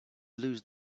lose